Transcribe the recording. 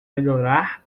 melhorar